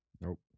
Nope